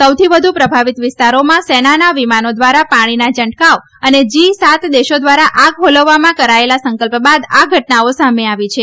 સૌથી વધુ પ્રભાવિત વિસ્તારોમાં સેનાના વિમાનો દ્વારા પાણીના છંટકાવ અને જી સાત દેશો દ્વારા આગ ઓલવવામાં કરાયેલાં સંકલ્પ બાદ આ ઘટનાઓ સામે આવી છે